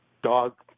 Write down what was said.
dog